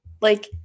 Like-